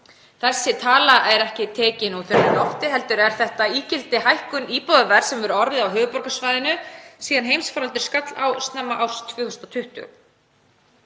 Þessi tala er ekki tekin úr lausu lofti heldur er þetta ígildi hækkunar íbúðaverðs sem hefur orðið á höfuðborgarsvæðinu síðan heimsfaraldur skall á snemma árs 2020.